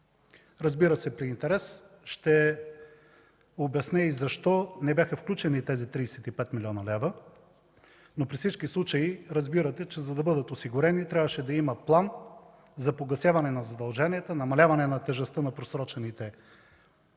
Разбира се, при интерес, ще обясня и защо тези 35 млн. лв. не бяха включени, но при всички случаи разбирате, че за да бъдат осигурени, трябваше да има план за погасяване на задълженията, за намаляване тежестта на просрочените плащания,